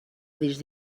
discs